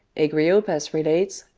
agriopas relates,